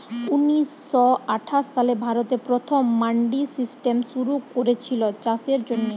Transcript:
ঊনিশ শ আঠাশ সালে ভারতে প্রথম মান্ডি সিস্টেম শুরু কোরেছিল চাষের জন্যে